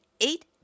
eight